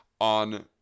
on